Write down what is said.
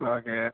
okay